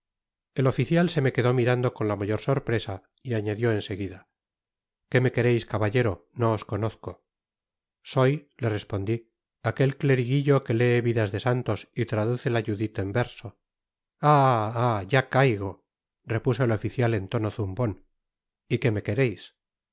el oficial se me quedó mirando con la mayor sorpresa y añadió en seguida qué me quereis caballero no os conozco soy le respondi aquel cleriguillo que lee vidas de santos y traduce la judith en verso ah ah ya caigo repuso el oficial en tono zumbon y que me quereis